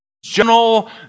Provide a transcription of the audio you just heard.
General